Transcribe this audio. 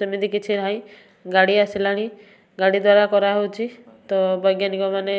ସେମିତି କିଛି ନାହିଁ ଗାଡ଼ି ଆସିଲାଣି ଗାଡ଼ି ଦ୍ୱାରା କରା ହେଉଛି ତ ବୈଜ୍ଞାନିକ ମାନେ